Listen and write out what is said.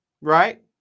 right